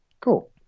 cool